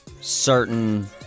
Certain